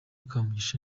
kamugisha